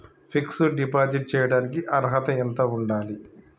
Fix డ్ deposit చేయటానికి అర్హత ఎంత ఉండాలి?